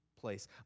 place